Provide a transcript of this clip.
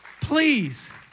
Please